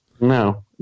no